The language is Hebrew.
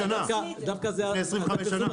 זה היה לפני 25 שנה.